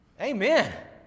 Amen